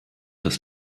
das